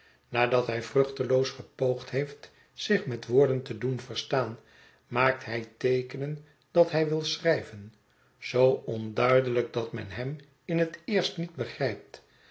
nadat hij vruchteloos gepoogd heeft zich met woorden te doen verstaan maakt hij teekenen dat hij wil schrijven zoo onduidelijk dat men hem in het eerst niet begrijpt